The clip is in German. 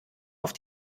auf